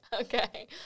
Okay